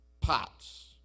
pots